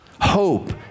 hope